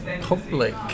public